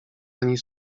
ani